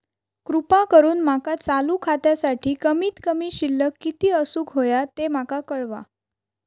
कृपा करून माका चालू खात्यासाठी कमित कमी शिल्लक किती असूक होया ते माका कळवा